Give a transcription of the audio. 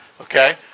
Okay